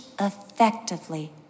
effectively